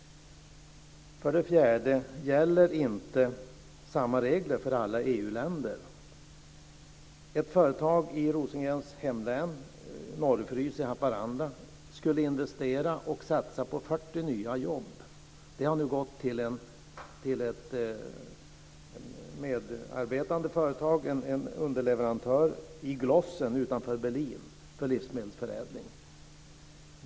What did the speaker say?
För det fjärde: Gäller inte samma regler för alla EU-länder? Ett företag i Rosengrens hemlän, Norrfrys i Haparanda, skulle investera och satsa på 40 nya jobb. De har nu gått till ett medarbetande företag, en underleverantör i Glossen utanför Berlin, för livsmedelsförädling.